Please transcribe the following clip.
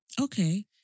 okay